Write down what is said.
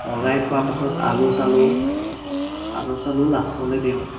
মজাই থোৱা পাছত আলু চালু আলু চালু লাষ্টলৈ দিওঁ